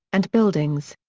and buildings.